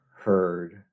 heard